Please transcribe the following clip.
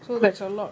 so that's a lot